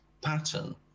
pattern